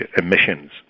emissions